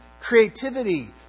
creativity